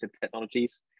technologies